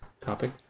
topic